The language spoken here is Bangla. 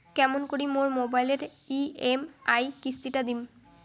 কেমন করি মোর মোবাইলের ই.এম.আই কিস্তি টা দিম?